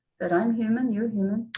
but i'm human, you're human.